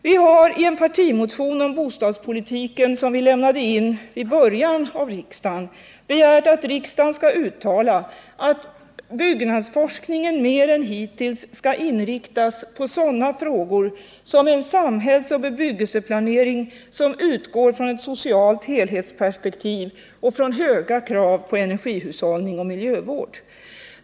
Vi harien partimotion om bostadspolitiken, som vi lämnade in i början av riksmötet, begärt att riksdagen skall uttala att byggnadsforskningen mer än hittills skall inriktas på sådana frågor som en samhällsoch bebyggelseplanering som utgår från ett socialt helhetsperspektiv och från höga krav på energihushållning och miljövård.